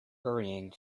hurrying